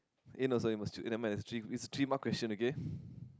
eh no sorry must choose eh never mind there's three it's three mark question okay